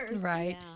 Right